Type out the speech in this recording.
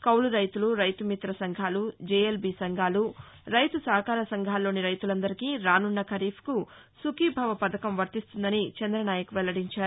కౌలురైతులు రైతుమిత్ర సంఘాలు జేఎల్బీ సంఘాలు రైతు సహకార సంఘాల్లోని రైతులందరికి రాసున్న ఖరీఫ్కు సుఖీభవ పథకం వర్తిస్తుందని చంద్రనాయక్ వెల్లడించారు